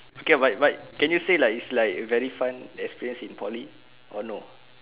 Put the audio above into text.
okay but but can you say like it's like very fun experience in poly or no